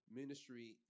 ministry